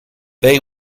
they